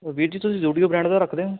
ਵੀਰ ਜੀ ਤੁਸੀਂ ਜ਼ੁਡੀਓ ਬਰੈਂਡ ਦਾ ਰੱਖਦੇ ਹੋ